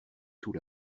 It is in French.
tout